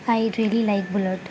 I really like bullet